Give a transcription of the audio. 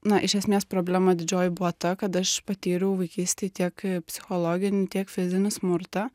na iš esmės problema didžioji buvo ta kad aš patyriau vaikystėj tiek psichologinį tiek fizinį smurtą